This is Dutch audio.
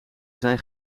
zijn